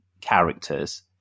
characters